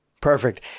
Perfect